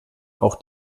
auch